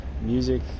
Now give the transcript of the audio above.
music